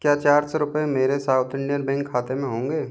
क्या चार सौ रुपये मेरे सॉउथ इंडियन बैंक खाते में होंगे